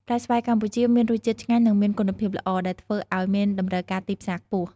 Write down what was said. ផ្លែស្វាយកម្ពុជាមានរសជាតិឆ្ងាញ់ និងមានគុណភាពល្អ ដែលធ្វើឲ្យមានតម្រូវការទីផ្សារខ្ពស់។